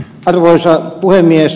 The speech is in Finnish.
arvoisa puhemies